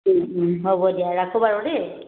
হ'ব দিয়া ৰাখো বাৰু দেই